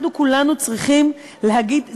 אנחנו כולנו צריכים להגיד,